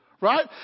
Right